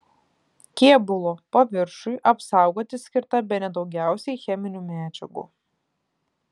kėbulo paviršiui apsaugoti skirta bene daugiausiai cheminių medžiagų